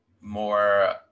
more